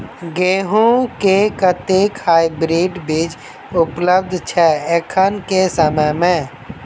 गेंहूँ केँ कतेक हाइब्रिड बीज उपलब्ध छै एखन केँ समय मे?